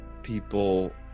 people